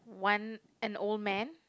one an old man